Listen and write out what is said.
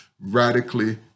radically